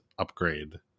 upgrade